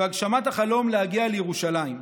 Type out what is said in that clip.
והגשמת החלום להגיע לירושלים.